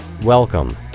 Welcome